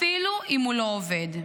אפילו אם הוא לא עובד.